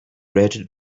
rated